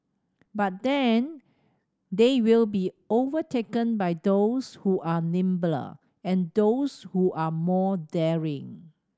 but then they will be overtaken by those who are nimbler and those who are more daring